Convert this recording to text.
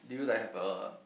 do you like have a